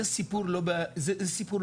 זה סיפור לא קטן,